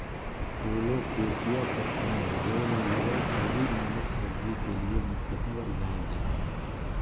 colocasia पत्तियां जड़ में लगल अरबी नामक सब्जी के लिए मुख्यतः उगाल जा हइ